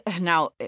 Now